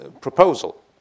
proposal